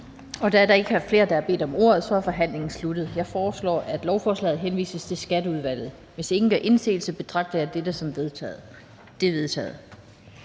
Da der ikke er flere, der har bedt om ordet, er forhandlingen sluttet. Jeg foreslår, at lovforslaget henvises til Skatteudvalget. Hvis ingen gør indsigelse, betragter jeg dette som vedtaget. Det er vedtaget.